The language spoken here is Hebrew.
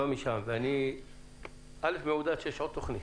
ואני מעודד מזה שיש עוד תוכנית,